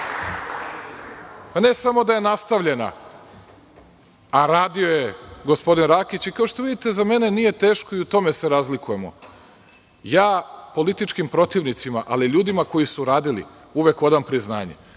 samo da je nastavljena, radio je gospodin Rakić. I kao što vidite za mene nije teško, i u tome se razlikujemo, ja političkim protivnicima, ali ljudima koji su radili, uvek odam priznanje.